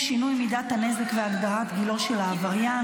שינוי מידת הנזק והגדרת גילו של העבריין),